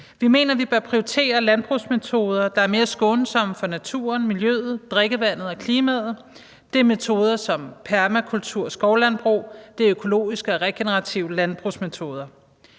Vi mener, at vi bør prioritere landbrugsmetoder, der er mere skånsomme for naturen, miljøet, drikkevandet og klimaet. Det er metoder som permakultur og skovlandbrug. Det er økologiske og regenerative landbrugsmetoder.